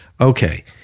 okay